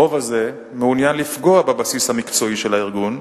הרוב הזה מעוניין לפגוע בבסיס המקצועי של הארגון,